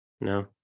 no